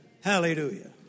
Hallelujah